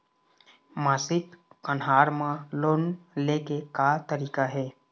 मासिक कन्हार म लोन ले के का तरीका हे?